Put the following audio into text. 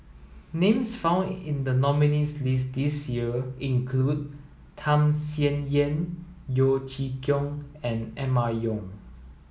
names found in the nominees' list this year include Tham Sien Yen Yeo Chee Kiong and Emma Yong